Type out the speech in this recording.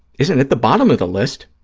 isn't at the bottom of the list.